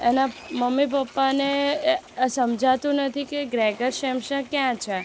એના મમ્મી પપ્પાને સમજાતું નથી કે ગ્રેગર સેમસા ક્યાં છે